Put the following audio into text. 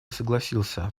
согласился